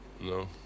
No